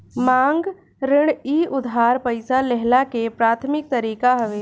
मांग ऋण इ उधार पईसा लेहला के प्राथमिक तरीका हवे